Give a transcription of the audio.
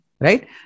Right